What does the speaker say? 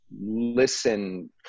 listen